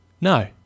No